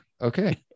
Okay